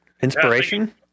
Inspiration